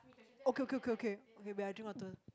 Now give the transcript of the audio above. okay okay okay okay wait wait I drink water